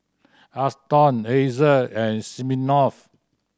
Aston Acer and Smirnoff